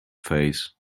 phase